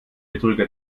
betrüger